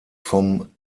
vom